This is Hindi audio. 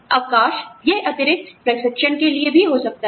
अवकाश यह अतिरिक्त प्रशिक्षण के लिए भी हो सकता है